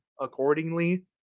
accordingly